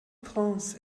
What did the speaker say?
prince